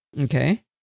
Okay